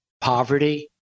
poverty